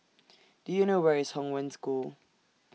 Do YOU know Where IS Hong Wen School